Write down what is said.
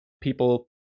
people